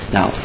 Now